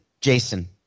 Jason